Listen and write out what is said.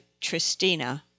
Tristina